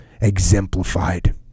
exemplified